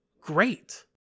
great